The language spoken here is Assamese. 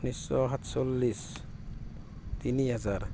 ঊনৈছশ সাতচল্লিছ তিনি হেজাৰ